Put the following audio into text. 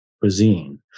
cuisine